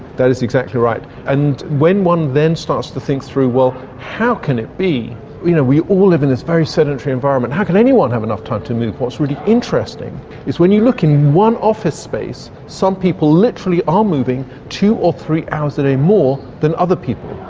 that is exactly right. and when one then starts to think through well how can it be? you know we all live in this very sedentary environment, how can anyone have enough time to move? what's really interesting is when you look in one office space some people literally are moving two or three hours a day more than other people.